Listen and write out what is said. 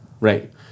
Right